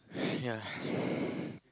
yeah